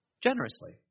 generously